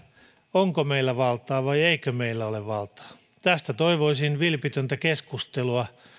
onko meillä valtaa vai eikö meillä ole valtaa tästä toivoisin vilpitöntä keskustelua